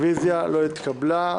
הרוויזיה לא התקבלה.